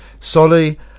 Solly